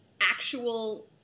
actual